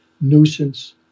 nuisance